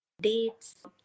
dates